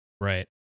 Right